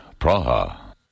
Praha